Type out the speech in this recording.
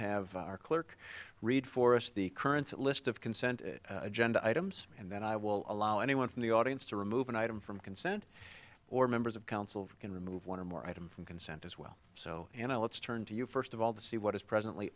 have our clerk read for us the current list of consent agenda items and then i will allow anyone from the audience to remove an item from consent or members of council can remove one or more item from consent as well so you know let's turn to you first of all to see what is presently